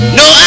no